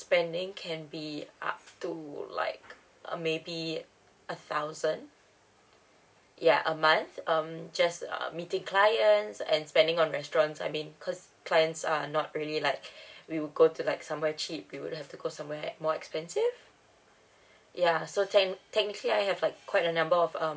spending can be up to like uh maybe a thousand ya a month um just uh meeting clients and spending on restaurants I mean cause clients are not really like we would go to like somewhere cheap we would have to go somewhere more expensive ya so tech~ technically I have like quite a number of um